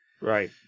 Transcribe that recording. Right